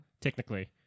technically